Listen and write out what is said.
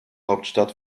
hauptstadt